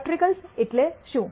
quartiles એટલે શું